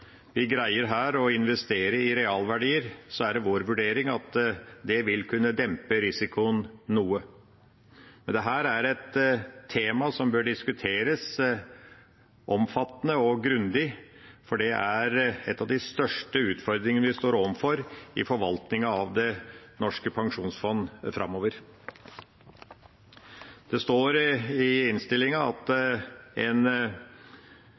her greier å investere i realverdier, er det vår vurdering at det vil kunne dempe risikoen noe. Men dette er et tema som bør diskuteres omfattende og grundig, for det er en av de største utfordringene vi står overfor i forvaltningen av det norske pensjonsfondet framover. Det står i innstillinga at en